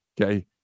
Okay